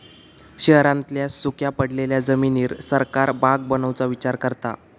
शहरांतल्या सुख्या पडलेल्या जमिनीर सरकार बाग बनवुचा विचार करता